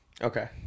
okay